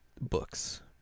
books